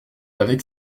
avec